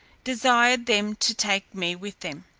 desired them to take me with them.